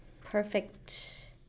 perfect